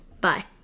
Bye